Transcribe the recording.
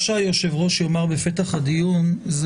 מה שהיושב ראש יאמר בפתח הדיון,